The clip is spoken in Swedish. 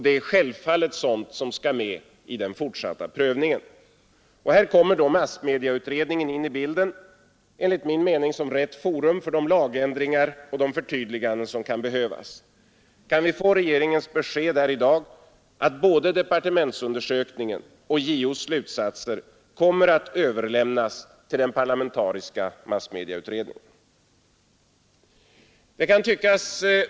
Det är självfallet sådant som skall med i den fortsatta prövningen. Här kommer då massmedieutredningen in i bilden, enligt min mening som rätt forum för de lagändringar och de förtydliganden som kan behövas. Kan vi få regeringens besked här i dag om att både departementsundersökningen och JO:s slutsatser kommer att överlämnas till den parlamentariska massmedieutredningen?